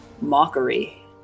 mockery